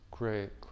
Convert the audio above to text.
great